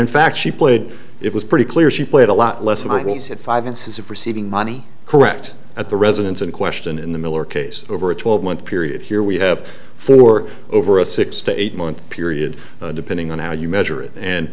in fact she played it was pretty clear she played a lot less and i will said five inches of receiving money correct at the residence in question in the miller case over a twelve month period here we have for over a six to eight month period depending on how you measure it and